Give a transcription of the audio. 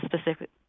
specific